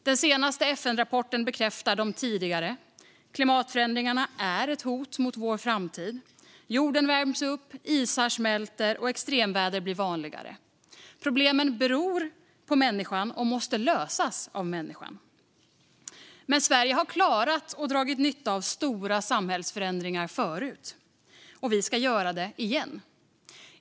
Den senaste FN-rapporten bekräftar de tidigare: Klimatförändringarna är ett hot mot vår framtid. Jorden värms upp, isar smälter och extremväder blir vanligare. Problemen beror på människan och måste lösas av människan. Sverige har dock klarat och dragit nytta av stora samhällsförändringar förut. Det ska vi göra igen.